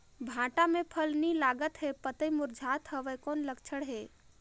भांटा मे फल नी लागत हे पतई मुरझात हवय कौन लक्षण हे?